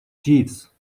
jeeves